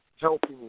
Helping